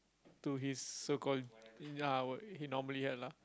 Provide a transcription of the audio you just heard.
so his so called ya I would it normally ya lah